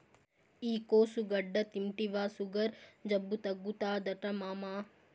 ఈ కోసుగడ్డ తింటివా సుగర్ జబ్బు తగ్గుతాదట మామా